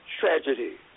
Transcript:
tragedy